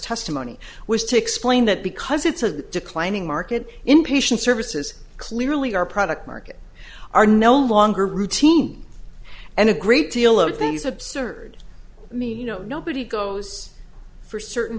testimony was to explain that because it's a declining market in patient services clearly our product market are no longer routine and a great deal of these absurd i mean you know nobody goes for certain